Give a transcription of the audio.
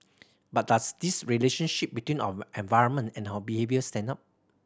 but does this relationship between our environment and our behaviour stand up